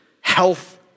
health